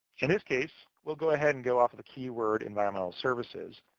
in this case, we'll go ahead and go off the keyword environmental services.